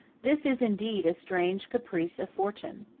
this is indeed a strange caprice of fortune.